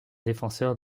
défenseur